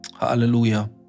Hallelujah